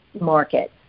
market